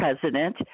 president